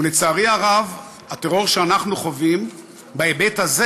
ולצערי הרב, הטרור שאנחנו חווים, בהיבט הזה